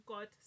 God